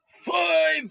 five